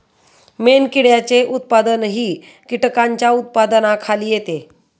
मेणकिड्यांचे उत्पादनही कीटकांच्या उत्पादनाखाली येते